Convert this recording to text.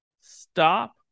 Stop